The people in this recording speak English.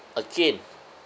again